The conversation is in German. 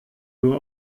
nur